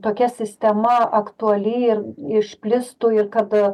tokia sistema aktuali ir išplistų ir kad